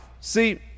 See